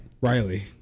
Riley